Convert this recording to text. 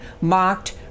mocked